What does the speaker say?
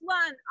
one